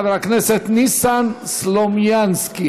חבר הכנסת ניסן סלומינסקי.